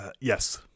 yes